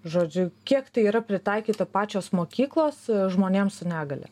žodžiu kiek tai yra pritaikyta pačios mokyklos žmonėm su negalia